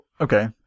okay